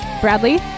Bradley